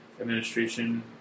administration